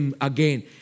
again